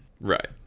Right